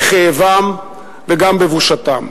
בכאבם וגם בבושתם.